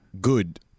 good